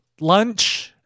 lunch